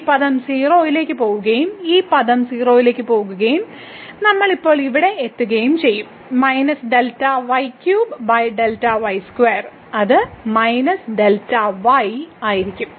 ഈ പദം 0 ലേക്ക് പോകുകയും ഈ പദം 0 ലേക്ക് പോകുകയും നമ്മൾ എപ്പോൾ ഇവിടെയെത്തുകയും ചെയ്യും അത് Δy ആയിരിക്കും